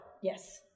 Yes